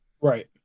Right